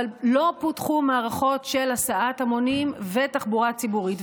אבל לא פותחו מערכות של הסעת המונים ותחבורה ציבורית.